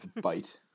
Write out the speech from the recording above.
Bite